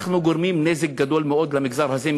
אנחנו גורמים נזק גדול מאוד במגזר הזה,